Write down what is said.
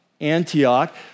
Antioch